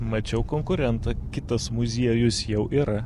mačiau konkurentą kitas muziejus jau yra